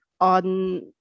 on